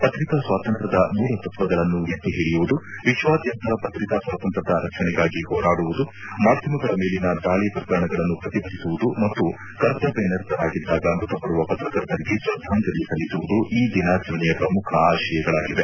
ಪತ್ರಿಕಾ ಸ್ವಾತಂತ್ರ್ಯದ ಮೂಲತ್ವಗಳನ್ನು ಎತ್ತಿಹಿಡಿಯುವುದು ವಿಶ್ವಾದ್ಯಂತ ಪತ್ರಿಕಾ ಸ್ವಾತಂತ್ರ್ಯದ ರಕ್ಷಣೆಗಾಗಿ ಹೋರಾಡುವುದು ಮಾಧ್ಯಮಗಳ ಮೇಲಿನ ದಾಳಿ ಪ್ರಕರಣಗಳನ್ನು ಪ್ರತಿಭಟಿಸುವುದು ಮತ್ತು ಕರ್ತವ್ಯ ನಿರತರಾಗಿದ್ದಾಗ ಮೃತಪಡುವ ಪತ್ರಕರ್ತರಿಗೆ ಶ್ರದ್ದಾಂಜಲಿ ಸಲ್ಲಿಸುವುದು ಈ ದಿನಾಚರಣೆಯ ಪ್ರಮುಖ ಆಶಯಗಳಾಗಿವೆ